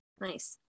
Nice